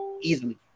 Easily